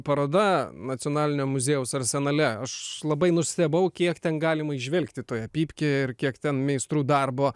paroda nacionalinio muziejaus arsenale aš labai nustebau kiek ten galima įžvelgti toje pypkėje ir kiek ten meistrų darbo